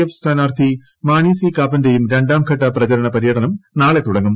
F സ്ഥാനാർത്ഥി Mani C കാപ്പന്റെയും രണ്ടാം ഘട്ട പ്രചരണ പ്ര്യടനം നാളെ തുടങ്ങും